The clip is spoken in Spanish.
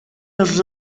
los